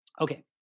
Okay